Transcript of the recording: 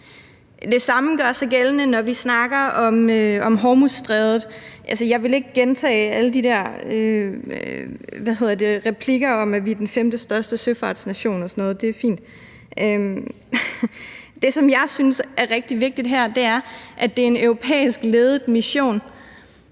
Det samme gør sig gældende, når vi snakker om Hormuzstrædet. Jeg vil ikke gentage alle de der replikker om, at vi er den femtestørste søfartsnation og sådan noget – det er fint – men det, jeg synes er rigtig vigtigt her, er, at det er en europæisk ledet mission,